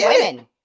women